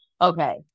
okay